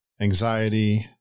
anxiety